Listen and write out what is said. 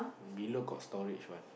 below got storage one